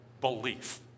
belief